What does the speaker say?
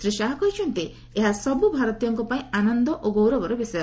ଶ୍ରୀ ଶାହ କହିଛନ୍ତି ଏହା ସବୁ ଭାରତୀୟଙ୍କ ପାଇଁ ଖୁସି ଓ ଗୌରବର ବିଷୟ